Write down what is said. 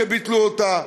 שביטלו אותה,